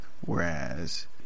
whereas